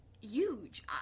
huge